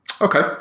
Okay